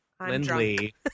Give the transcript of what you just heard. Lindley